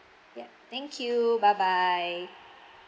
ya thank you bye bye